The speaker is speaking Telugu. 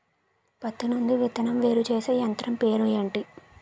పత్తి నుండి విత్తనం వేరుచేసే యంత్రం పేరు ఏంటి